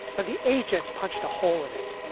and the agent punched a hole in it.